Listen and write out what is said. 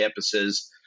campuses